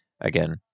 Again